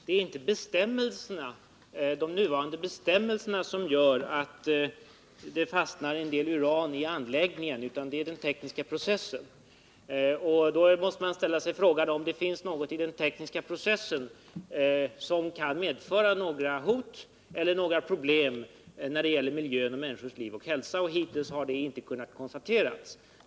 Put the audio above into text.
Herr talman! Det är inte de nuvarande bestämmelserna som gör att det fastnar en del uran i anläggningen utan det är den tekniska processen. Då måste man ställa sig frågan, om det finns något i den tekniska processen som kan medföra hot mot människors liv och hälsa. Hittills har detta inte kunnat konstateras.